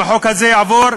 אם החוק הזה יעבור,